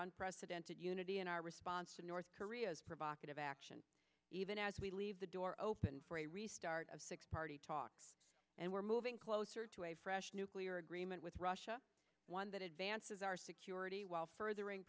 unprecedented unity in our response to north korea's provocative action even as we leave the door open for a restart of six party talks and we're moving closer to a fresh nuclear agreement with russia one that advances our security while furthering